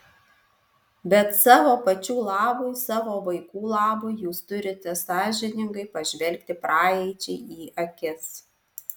bet savo pačių labui savo vaikų labui jūs turite sąžiningai pažvelgti praeičiai į akis